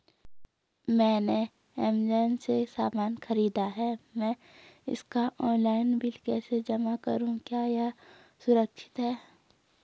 मैंने ऐमज़ान से सामान खरीदा है मैं इसका ऑनलाइन बिल कैसे जमा करूँ क्या यह सुरक्षित है?